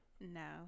No